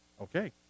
Okay